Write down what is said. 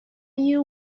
you